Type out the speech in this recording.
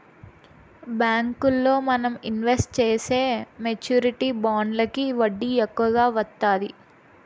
బ్యాంకుల్లో మనం ఇన్వెస్ట్ చేసే మెచ్యూరిటీ బాండ్లకి వడ్డీ ఎక్కువ వత్తాది